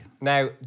Now